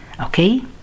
okay